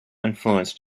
influenced